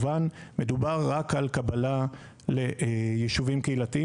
מדובר רק על קבלה ליישובים קהילתיים